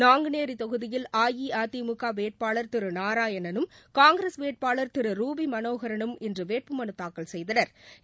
நாங்குநேரி தொகுதியில் அஇஅதிமுக வேட்வாளர் திரு நாராயணனும் காங்கிரஸ் வேட்பாளர் திரு ரூபி மனோகரனும் இன்று வேட்புமனு தாக்கல் செய்தனா்